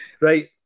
Right